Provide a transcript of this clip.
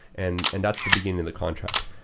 and and that's the beginning of the contract.